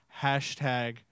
#Hashtag